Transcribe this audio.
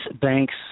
banks –